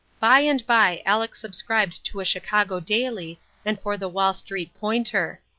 by and by aleck subscribed to a chicago daily and for the wall street pointer.